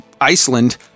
Iceland